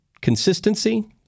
consistency